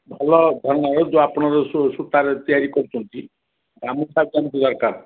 ଭଲ ଏ ଯେଉଁ ଆପଣ ଯେଉଁ ସୂତାରେ ତିଆରି କରୁଛନ୍ତି ଗାମୁଛା ସେମିତି ଦରକାର